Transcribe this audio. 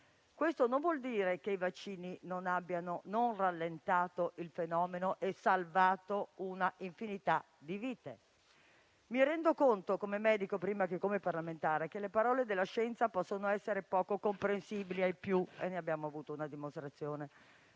Questo non vuol dire che i vaccini non abbiano rallentato il fenomeno e salvato una infinità di vite. Mi rendo conto, come medico prima che come parlamentare, che le parole della scienza possono essere poco comprensibili ai più, e ne abbiamo appena avuto una dimostrazione,